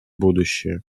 будущее